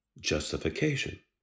justification